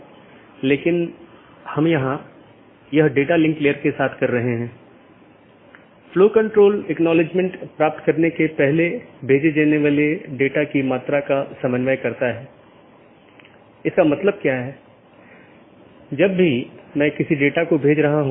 तो इसके लिए कुछ आंतरिक मार्ग प्रोटोकॉल होना चाहिए जो ऑटॉनमस सिस्टम के भीतर इस बात का ध्यान रखेगा और एक बाहरी प्रोटोकॉल होना चाहिए जो इन चीजों के पार जाता है